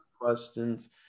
Questions